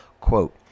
quote